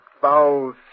foul